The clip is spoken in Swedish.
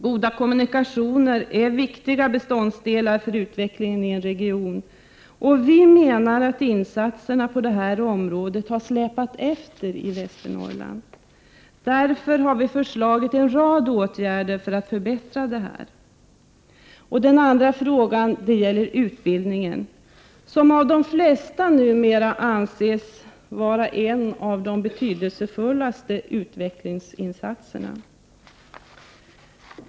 Goda kommunikationer är viktiga beståndsdelar för utvecklingen i en region. Vi menar att insatserna på det här området har släpat efter i Västernorrland. Vi har därför föreslagit en rad åtgärder för att förbättra detta. En annan fråga gäller utbildning, som av de flesta numera anses vara en av de betydelsefullaste utvecklingsinsatserna.